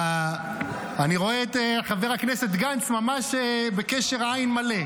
אני רואה את חבר הכנסת גנץ ממש בקשר עין מלא.